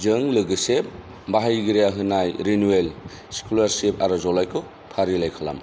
जों लोगोसे बाहायगिरिया होनाय रिनिउवेल स्क'लारशिफ आर'जलायखौ फारिलाय खालाम